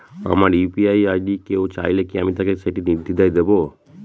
আমার UPI ID কেউ চাইলে কি আমি তাকে সেটি নির্দ্বিধায় দেব?